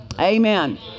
Amen